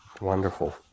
wonderful